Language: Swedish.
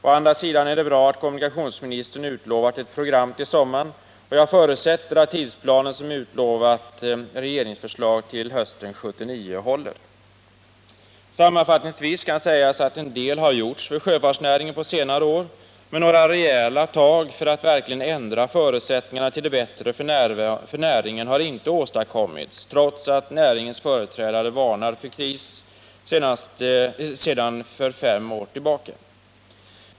Å andra sidan är det bra att kommunikationsministern utlovat ett program till sommaren. Jag förutsätter att tidsplanen som utlovat regeringsförslag till hösten 1979 håller. Sammanfattningsvis kan sägas att en del har gjorts för sjöfartsnäringen på senare år, men några rejäla tag för att verkligen ändra förutsättningarna till det bättre för näringen har inte åstadkommits, trots att näringens företrädare varnat för kris för fem år sedan.